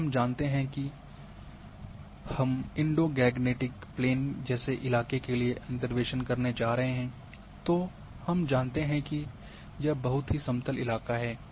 अगर हम जानते हैं कि मैं इंडो गैंगटिक प्लेन जैसे इलाके के लिए अंतर्वेशन करने जा रहे हैं तो हम जानते हैं कि यह बहुत ही समतल इलाका है